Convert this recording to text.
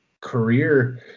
Career